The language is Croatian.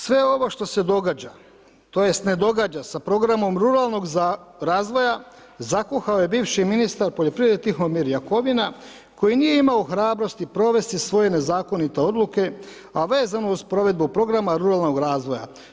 Sve ovo što se događa tj. ne događa sa programom ruralnog razvoja zakuhao je bivši ministar poljoprivrede Tihomir Jakovina koji nije imao hrabrosti provesti svoje nezakonite odluke, a vezano uz provedbu programa ruralnog razvoja.